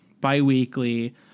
bi-weekly